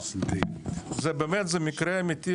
זה מקרה אמיתי,